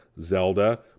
Zelda